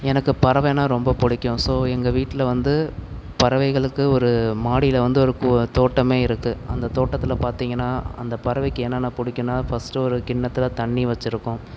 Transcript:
எனக்கு பறவைன்னா ரொம்ப பிடிக்கும் ஸோ எங்கள் வீட்டில வந்து பறவைகளுக்கு ஒரு மாடியில வந்து ஒரு தோட்டமே இருக்கு அந்த தோட்டத்தில் பார்த்திங்கன்னா அந்த பறவைக்கு என்னென்ன பிடிக்குன்னா ஃபர்ஸ்ட்டு ஒரு கிண்ணத்தில் தண்ணி வச்சுருக்கோம்